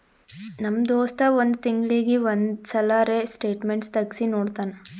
ನಮ್ ದೋಸ್ತ್ ಒಂದ್ ತಿಂಗಳೀಗಿ ಒಂದ್ ಸಲರೇ ಸ್ಟೇಟ್ಮೆಂಟ್ ತೆಗ್ಸಿ ನೋಡ್ತಾನ್